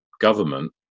government